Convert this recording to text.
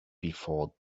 before